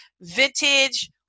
Vintage